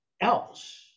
else